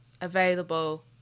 available